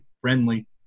friendly